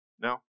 No